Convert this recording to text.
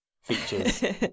features